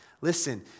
Listen